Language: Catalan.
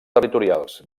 territorials